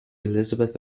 elisabeth